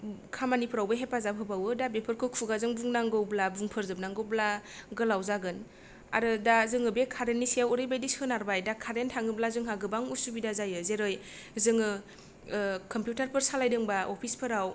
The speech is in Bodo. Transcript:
खामानिफ्रावबो हेफाजाब होबावो दा बेफोरखौ खुगाजों बुंनांगौब्ला बुंफोरजोब नांगौब्ला गोलाव जागोन आरो दा जोङो बे कारेन्टनि सायाव ओरैबायदि सोनारबाय दा कारेन्ट थाङोब्ला जोंहा गोबां उसुबिदा जायो जेरै जोङो कम्पिउटारफोर सालायदोंब्ला अफिसफोराव